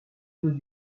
dos